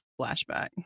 flashback